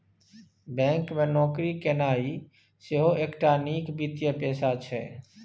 bank मे नौकरी केनाइ सेहो एकटा नीक वित्तीय पेशा छै